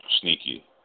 Sneaky